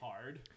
hard